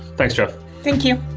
thanks, jeff. thank you.